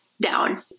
down